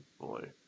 boy